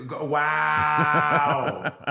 Wow